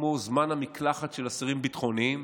כמו זמן המקלחת של אסירים ביטחוניים,